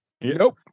nope